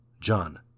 John